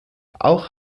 auch